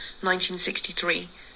1963